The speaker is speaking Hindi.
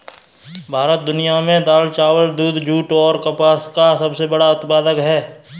भारत दुनिया में दाल, चावल, दूध, जूट और कपास का सबसे बड़ा उत्पादक है